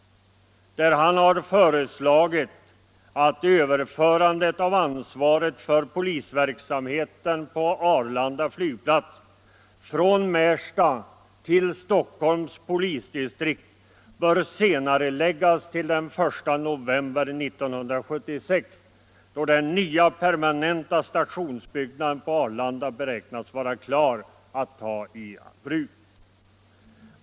Han har där föreslagit att överförandet av ansvaret för polisverksamheten på Arlanda flygplats från Märsta till Stockholms polisdistrikt bör senareläggas till den 1 november 1976, då den nya permanenta stationsbyggnaden på Arlanda beräknas vara klar att ta i bruk.